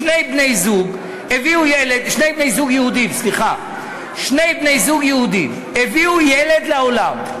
שני בני-זוג יהודים הביאו ילד לעולם,